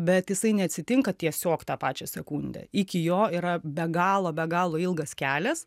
bet jisai neatsitinka tiesiog tą pačią sekundę iki jo yra be galo be galo ilgas kelias